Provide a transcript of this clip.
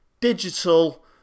digital